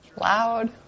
Loud